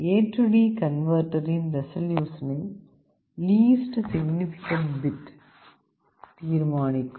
AD கன்வெர்ட்டரின் ரெசல்யூசனை least significant bit தீர்மானிக்கும்